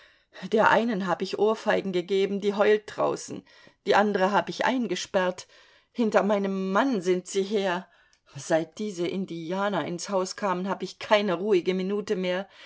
der einen hab ich ohrfeigen gegeben die heult draußen die andere hab ich eingesperrt hinter meinem mann sind sie her seit diese indianer ins haus kamen hab ich keine ruhige minute mehr